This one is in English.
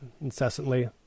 incessantly